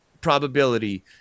probability